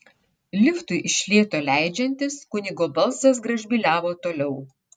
liftui iš lėto leidžiantis kunigo balsas gražbyliavo toliau